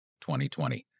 2020